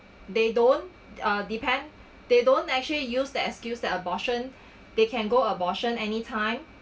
they don't uh depend they don't actually use that excuse that abortion they can go abortion any time